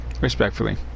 Respectfully